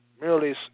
merely